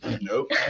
Nope